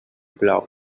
plou